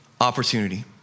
opportunity